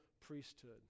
priesthood